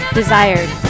desired